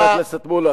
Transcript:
חבר הכנסת מולה,